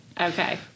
Okay